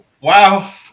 wow